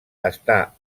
està